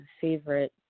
favorite